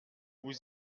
vous